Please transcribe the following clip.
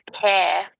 care